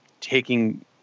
taking